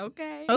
Okay